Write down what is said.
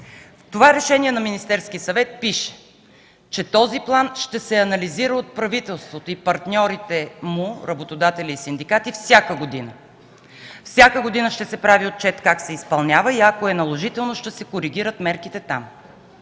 това решение на Министерския съвет пише, че този план ще се реализира от правителството и партньорите му – работодатели и синдикати, всяка година. Всяка година ще се прави отчет как се изпълнява и ако е наложително, ще се коригират мерките там.